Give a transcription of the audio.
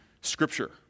Scripture